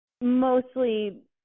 mostly